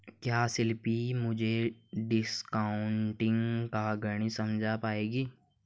क्या शिल्पी मुझे डिस्काउंटिंग का गणित समझा पाएगी?